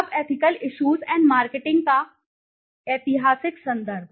अब ethical issues and marketing का ऐतिहासिक संदर्भ